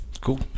cool